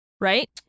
Right